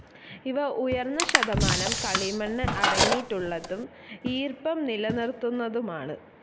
ഇവ ഉയർന്ന ശതമാനം കളിമണ്ണ് അടങ്ങിയിട്ടുള്ളതും ഈർപ്പം നിലനിർത്തുന്നതുമാണ്